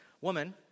woman